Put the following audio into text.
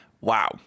Wow